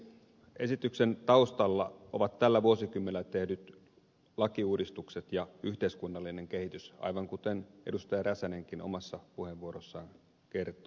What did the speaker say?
esityksen taustalla ovat tällä vuosikymmenellä tehdyt lakiuudistukset ja yhteiskunnallinen kehitys aivan kuten edustaja räsänenkin omassa puheenvuorossaan kertoi